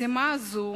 משימה זו